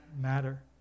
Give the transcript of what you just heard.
matter